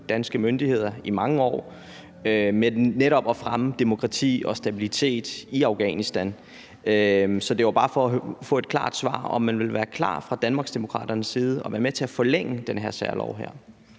danske myndigheder i mange år med netop at fremme demokrati og stabilitet i Afghanistan. Så det var bare for at få et klart svar på, om man fra Danmarksdemokraternes side vil være klar til at være med til at forlænge den her særlov.